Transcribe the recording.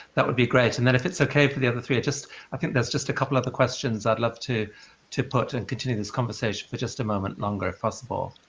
that would be great, and then if it's ok for the other three, i think there's just a couple other questions i'd love to to put and continue this conversation for just a moment longer, if possible.